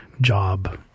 job